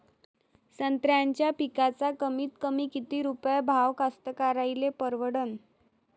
संत्र्याचा पिकाचा कमीतकमी किती रुपये भाव कास्तकाराइले परवडन?